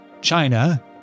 China